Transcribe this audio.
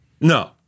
No